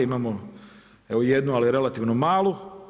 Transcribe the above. Imamo evo jednu ali relativno malu.